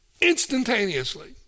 instantaneously